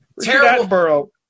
Terrible